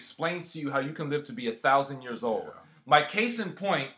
explains to you how you can live to be a thousand years old my case in point